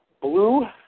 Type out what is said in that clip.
blue